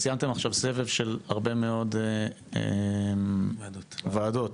שוב: יש ועדות